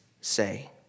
say